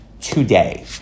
today